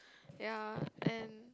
ya and